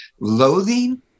loathing